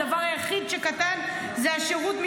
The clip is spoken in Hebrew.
הדבר היחיד שקטן הוא השירות,